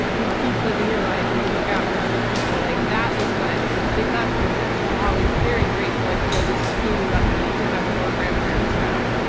you keep living your life, and you look out for other people. like that is what they left me with. so i'm always very grateful. i think i was extremely lucky to have four grandparents around.